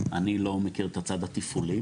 אני לא מכיר את הצד התפעולי,